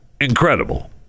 incredible